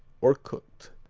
or cooked.